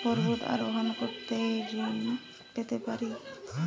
পর্বত আরোহণ করতে চাই ঋণ পেতে পারে কি?